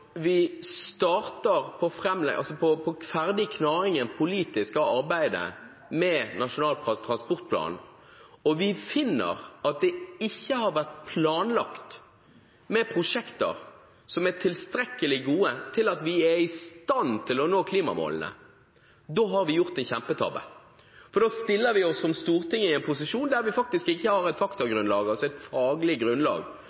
vi starter på ferdigknaingen, det politiske arbeidet, med Nasjonal transportplan, og vi finner at det ikke har vært planlagt med prosjekter som er tilstrekkelig gode til at vi er i stand til å nå klimamålene, da har vi gjort en kjempetabbe. For da stiller vi oss som storting i en posisjon der vi faktisk ikke har et faktagrunnlag, altså et faglig grunnlag,